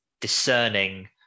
discerning